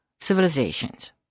civilizations